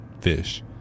fish